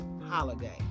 holiday